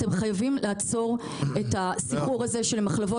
אתם חייבים לעצור את הסיפור הזה שלמחלבות